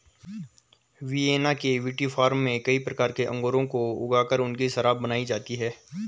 Vienna के विटीफार्म में कई प्रकार के अंगूरों को ऊगा कर उनकी शराब बनाई जाती है